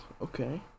Okay